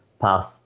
pass